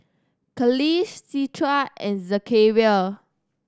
Khalish Citra and Zakaria